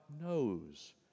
knows